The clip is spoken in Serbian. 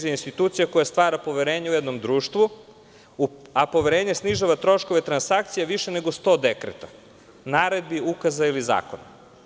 Ona je institucija koja stvara poverenje u jednom društvu, a poverenje snižava troškove transakcija više nego 100 dekreta, naredbi, ukaza ili zakona.